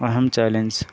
اہم چیلنج